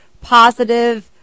positive